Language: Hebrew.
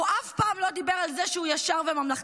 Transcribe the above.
הוא אף פעם לא דיבר על זה שהוא ישר וממלכתי.